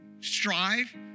strive